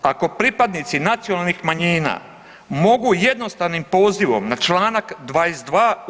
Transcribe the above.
Ako pripadnici nacionalnih manjina mogu jednostavnim pozivom na članak 22.